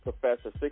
Professor